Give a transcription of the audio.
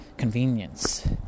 convenience